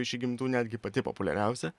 iš įgimtų netgi pati populiariausia